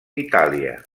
itàlia